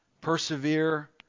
Persevere